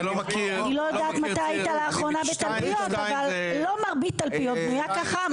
אני לא יודעת מתי היית לאחרונה בתלפיות אבל לא מרבית תלפיות בנויה ככה,